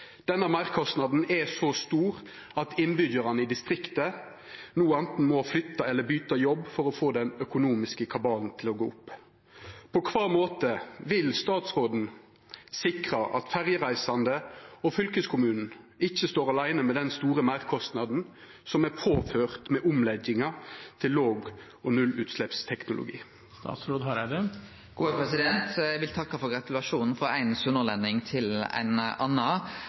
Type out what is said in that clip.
Denne meirkostnaden er så stor at innbyggjarane i distrikta no anten må flytte eller bytte jobb for å få den økonomiske kabalen til å gå opp. På kva måte vil statsråden sikra at ferjereisande og fylkeskommunen ikkje står aleine med den store meirkostnaden som er påført med omlegginga til låg- og nullutsleppsteknologi?» Eg vil takke for gratulasjonen frå ein sunnhordlending til ein